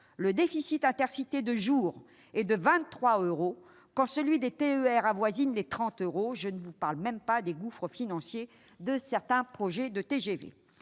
le déficit Intercités de jour est de 23 euros, quand celui des TER avoisine les 30 euros. Et je ne vous parle même pas des gouffres financiers de certains projets de TGV